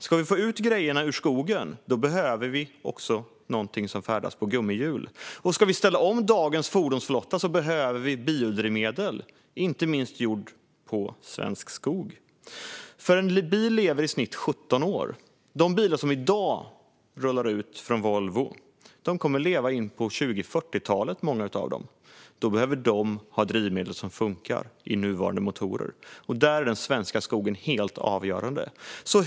Ska vi få ut grejerna ur skogen behöver vi också någonting som färdas på gummihjul. Och ska vi ställa om dagens fordonsflotta behöver vi biodrivmedel, gjort inte minst på svensk skog. En bil lever i snitt i 17 år. Många av de bilar som i dag rullar ut från Volvo kommer att leva in på 2040-talet. De behöver ha drivmedel som funkar i nuvarande motorer, och då är den svenska skogen helt avgörande.